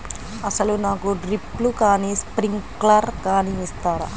అసలు నాకు డ్రిప్లు కానీ స్ప్రింక్లర్ కానీ ఇస్తారా?